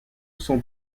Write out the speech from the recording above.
sans